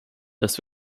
das